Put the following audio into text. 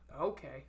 Okay